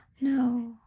No